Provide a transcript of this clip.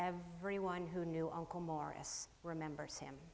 everyone who knew uncle morris remembers him